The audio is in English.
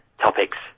Topics